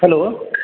hello